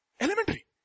Elementary